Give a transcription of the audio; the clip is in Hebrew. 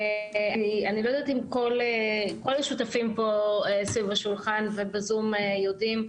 אני לא יודעת אם כל השותפים פה סביב השולחן ובזום יודעים.